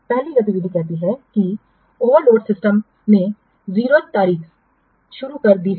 पहली गतिविधि कहती है कि ओवरलोड सिस्टम ने 0tn तारीख शुरू कर दी है